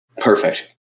Perfect